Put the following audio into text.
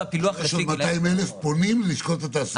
יש עוד 200,000 פונים ללשכות התעסוקה.